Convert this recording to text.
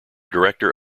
director